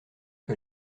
que